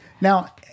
Now